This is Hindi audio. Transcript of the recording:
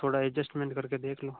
थोड़ा एडजस्टमेंट कर के देख लो